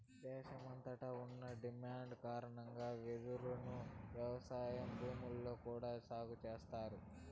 దేశమంతట ఉన్న డిమాండ్ కారణంగా వెదురును వ్యవసాయ భూముల్లో కూడా సాగు చేస్తన్నారు